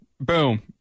Boom